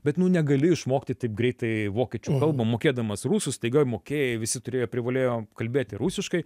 bet nu negali išmokti taip greitai vokiečių kalbą mokėdamas rusų staiga mokėjai visi turėjo privalėjo kalbėti rusiškai